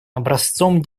образцом